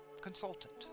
consultant